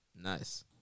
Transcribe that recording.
Nice